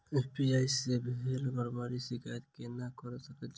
UPI मे भेल गड़बड़ीक शिकायत केना कऽ सकैत छी?